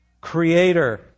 creator